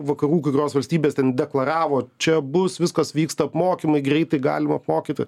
vakarų kai kurios valstybės ten deklaravo čia bus viskas vyksta apmokymai greitai galim apmokyti